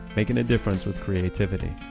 making a difference with creativity.